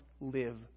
live